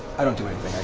i don't do anything,